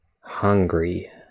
hungry